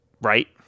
right